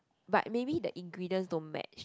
but maybe the ingredients don't match